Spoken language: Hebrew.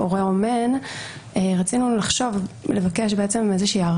ניחא אתם באים ואומרים: אם לא נלך על שלוש שנים בשני המקרים,